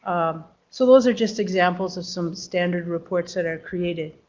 so those are just examples of some standard reports that are created.